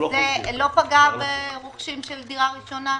זה לא פגע ברוכשים של דירה ראשונה?